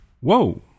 Whoa